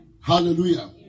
Hallelujah